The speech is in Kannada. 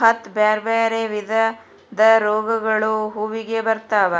ಹತ್ತ್ ಬ್ಯಾರ್ಬ್ಯಾರೇ ವಿಧದ ರೋಗಗಳು ಹೂವಿಗೆ ಬರ್ತಾವ